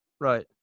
right